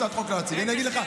שאלה.